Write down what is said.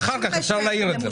אחר כך אפשר להעיר על כך .